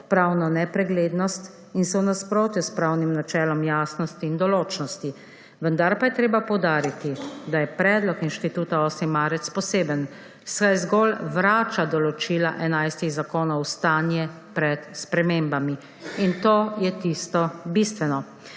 pravno nepreglednost in so v nasprotju s pravnim načelom jasnosti in določnosti, vendar pa je treba poudariti, da je predlog Inštituta 8. marec poseben, saj zgolj vrača določila enajstih zakonov v stanje pred spremembami in to je tisto bistveno.